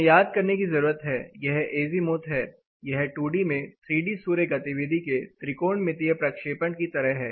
हमें याद करने की जरूरत है यह एजीमुथ है यह 2 डी में 3 डी सूर्य गतिविधि के त्रिकोणमितीय प्रक्षेपण की तरह है